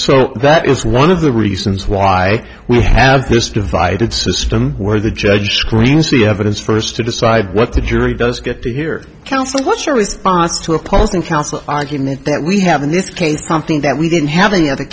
so that is one of the reasons why we have this divided system where the judge screens the evidence first to decide what the jury does get to hear counsel what's your response to an argument that we have in this case something that we didn't have any other